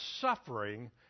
suffering